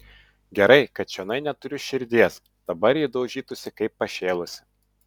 gerai kad čionai neturiu širdies dabar ji daužytųsi kaip pašėlusi